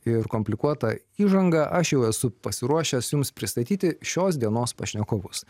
ir komplikuotą įžangą aš jau esu pasiruošęs jums pristatyti šios dienos pašnekovus